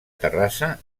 terrassa